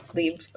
leave